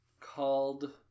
called